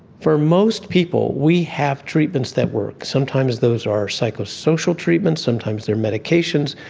for most people we have treatments that work. sometimes those are psychosocial treatments, sometimes they are medications,